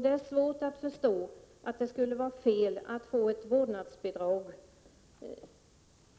Det är svårt att förstå att det skulle vara fel att få ett vårdnadsbidrag